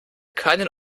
keinen